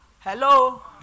Hello